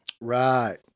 Right